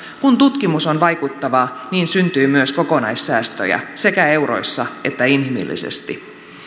kun tutkimus on vaikuttavaa niin syntyy myös kokonaissäästöjä sekä euroissa että inhimillisesti